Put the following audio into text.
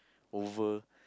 over